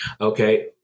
Okay